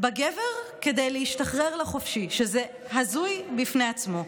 בגבר כדי להשתחרר לחופשי, שזה הזוי בפני עצמו.